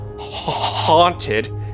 haunted